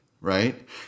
right